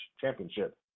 championship